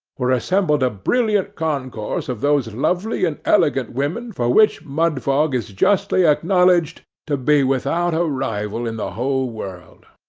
were assembled a brilliant concourse of those lovely and elegant women for which mudfog is justly acknowledged to be without a rival in the whole world.